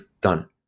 done